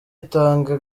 itanga